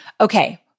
Okay